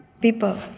people